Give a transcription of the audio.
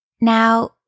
Now